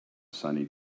sunny